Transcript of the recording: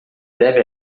deve